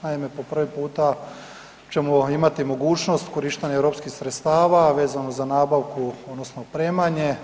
Naime, po prvi puta ćemo imati mogućnost korištenja europskih sredstava vezano za nabavku odnosno opremanje.